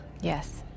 yes